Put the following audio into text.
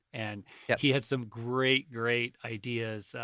and yeah he had some great, great ideas.